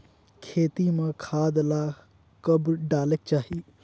खेती म खाद ला कब डालेक चाही?